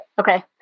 Okay